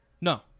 No